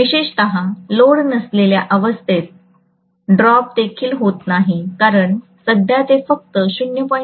विशेषत लोड नसलेल्या अवस्थेत ड्रॉप देखील होत नाही कारण सध्या ते फक्त 0